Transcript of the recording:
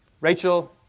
Rachel